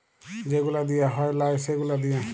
যে গুলা দিঁয়া হ্যয় লায় সে গুলা দিঁয়া